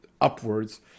upwards